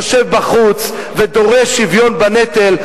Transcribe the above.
יושב בחוץ ודורש שוויון בנטל,